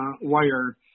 wire